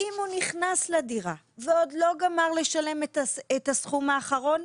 אם הוא נכנס לדירה ועוד לא גמר לשלם את הסכום האחרון,